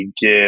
give